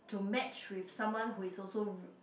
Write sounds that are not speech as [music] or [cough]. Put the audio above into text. to match with someone who is also [breath]